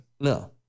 No